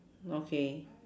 okay